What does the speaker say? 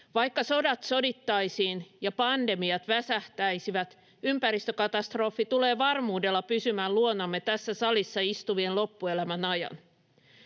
Vaikka sodat sodittaisiin ja pandemiat väsähtäisivät, ympäristökatastrofi tulee varmuudella pysymään luonamme tässä salissa istuvien loppuelämän ajan.